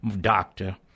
doctor